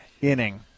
inning